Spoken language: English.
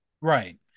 Right